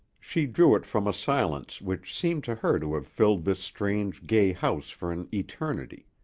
she drew it from a silence which seemed to her to have filled this strange, gay house for an eternity.